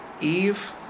Eve